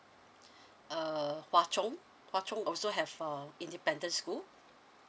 err hwa chong hwa chong also have uh independent school